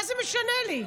מה זה משנה לי?